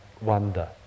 wonder